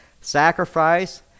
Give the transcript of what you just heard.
Sacrifice